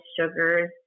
sugars